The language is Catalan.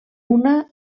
una